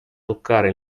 toccare